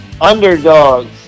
underdogs